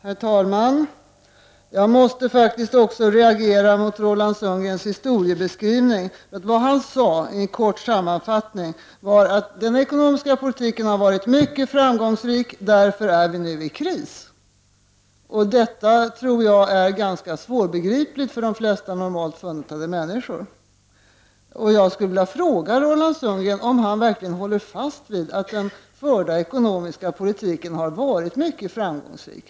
Herr talman! Jag reagerar också mot Roland Sundgrens historiebeskrivning. Det han sade var, i en kort sammanfattning, följande: Den ekonomiska politiken har varit mycket framgångsrik, och därför är vi nu i kris. Det tror jag är mycket svårbegripligt för de flesta normalt funtade människor. Jag vill fråga Roland Sundgren om han verkligen håller fast vid att den ekonomiska politiken har varit mycket framgångsrik.